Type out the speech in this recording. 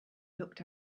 looked